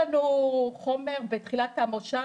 חומר להגשת הצעות חוק בתחילת המושב,